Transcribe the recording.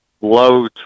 low